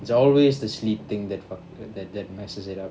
it's always the sleep thing that fu~ that that that messes it up